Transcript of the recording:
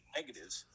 Negatives